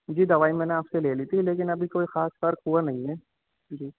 جی دوائی میں نے آپ سے لے لی تھی لیکن ابھی کوئی خاص فرق ہُوا نہیں ہے جی